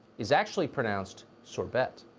it's actually pronounced sore bet.